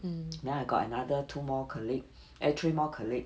then I got another two more colleague err three more colleague